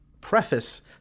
preface